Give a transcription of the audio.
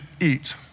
eat